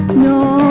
know